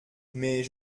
mais